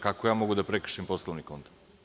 Kako ja mogu da prekršim Poslovnik onda?